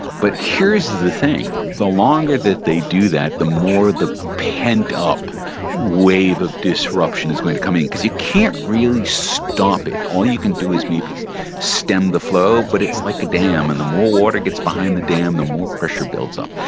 but here's the thing, the longer that they do that, the more the pent-up wave of disruption is going to come in. because you can't really stop it. all you can do is maybe stem the flow, but it's like a dam and the more water gets behind behind the dam, the more pressure builds up.